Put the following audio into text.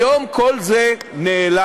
היום כל זה נעלם.